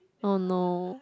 oh no